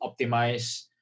optimize